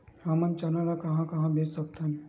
हमन चना ल कहां कहा बेच सकथन?